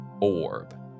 orb